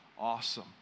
awesome